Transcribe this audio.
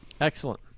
Excellent